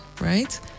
right